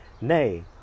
Nay